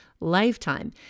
lifetime